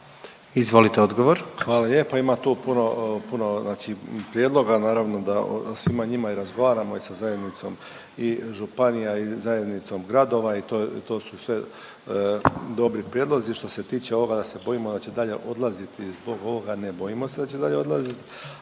Tomislav (HDZ)** Hvala lijepa. Ima tu puno, puno znači prijedloga. Naravno da o svima njima i razgovaramo i sa zajednicom i županija i zajednicom gradova i to su sve dobri prijedlozi. Što se tiče ovoga da se bojimo da će dalje odlaziti zbog ovoga, ne bojimo se da će dalje odlaziti,